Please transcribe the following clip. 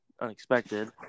unexpected